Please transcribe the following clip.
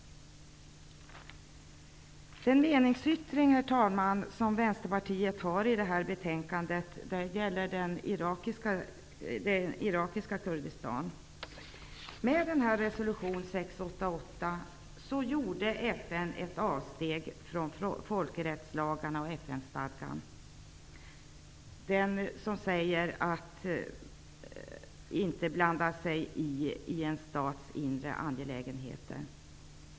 Vänsterpartiets meningsyttring till det här betänkandet gäller irakiska Kurdistan. Med resolution 688 gjorde FN ett avsteg från folkrättslagarna och den FN-stadga som säger att man inte skall blanda sig i en stats inre angelägenheter.